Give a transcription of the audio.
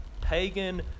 pagan